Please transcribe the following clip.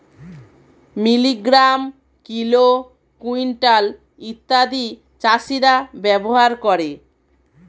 milligram, kilo, quintal ইত্যাদি চাষীরা ব্যবহার করে